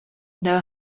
know